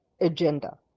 agenda